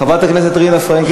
חברת הכנסת רינה פרנקל.